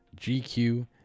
GQ